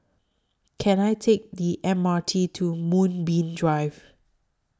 Can I Take The M R T to Moonbeam Drive